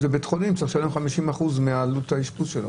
בבית חולים צריך לשלם 50% מעלות האשפוז שלו.